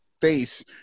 face